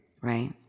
right